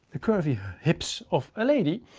the curvier hips of a lady,